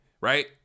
Right